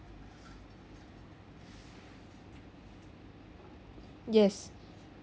yes